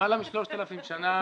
למעלה מ-3,000 שנים